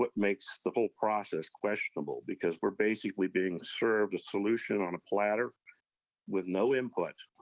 but makes the whole process questionable because we're basically being served a solution on a platter with no input,